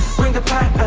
bring the pain,